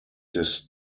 des